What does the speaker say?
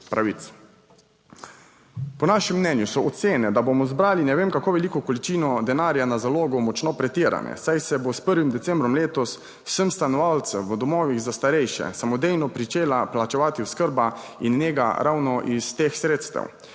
pravic. Po našem mnenju so ocene, da bomo zbrali ne vem kako veliko količino denarja na zalogo, močno pretirane, saj se bo s 1. decembrom letos vsem stanovalcem v domovih za starejše samodejno pričela plačevati oskrba in nega ravno iz teh sredstev.